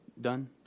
done